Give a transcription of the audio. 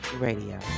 Radio